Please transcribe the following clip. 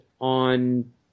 on